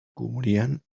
cubrían